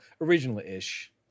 Original-ish